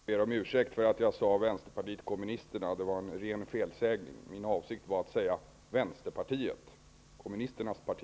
Herr talman! Jag ber om ursäkt för att jag sade Vänsterpartiet kommunisterna. Det var en ren felsägning. Min avsikt var att säga Vänsterpartiet, kommunisternas parti.